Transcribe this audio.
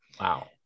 wow